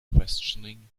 questioning